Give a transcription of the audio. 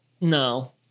no